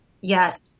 Yes